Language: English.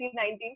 2019